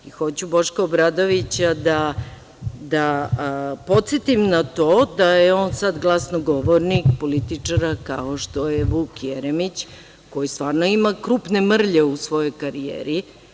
Hoću Boška Obradovića da podsetim na to da je on sada glasno govornik političara kao što je Vuk Jeremić, koji stvarno ima krupne mrlje u svojoj karijeri.